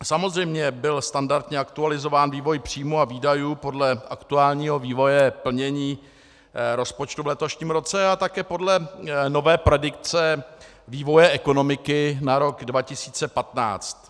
Samozřejmě, byl standardně aktualizován vývoj příjmů a výdajů podle aktuálního vývoje plnění rozpočtu v letošním roce a také podle nové predikce vývoje ekonomiky na rok 2015.